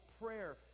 prayer